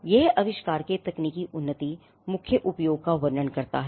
यह आविष्कार के तकनीकी उन्नति मुख्य उपयोग का वर्णन करता है